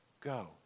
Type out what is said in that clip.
go